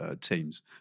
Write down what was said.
teams